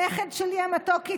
הנכד המתוק שלי,